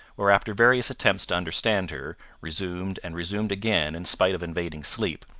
where after various attempts to understand her, resumed and resumed again in spite of invading sleep,